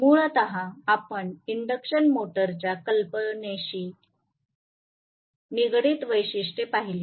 मूलतः आपण इंडक्शन मोटरच्या संकल्पनेशी निगडित वैशिष्ट्ये पाहिली